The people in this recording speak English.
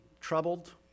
troubled